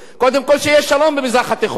קודם כול שיהיה שלום במזרח התיכון.